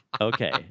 Okay